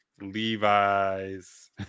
Levi's